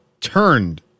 turned